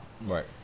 Right